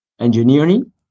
engineering